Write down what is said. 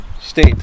state